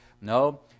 No